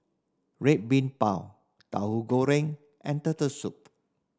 Red Bean Bao Tahu Goreng and Turtle Soup